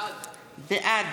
בעד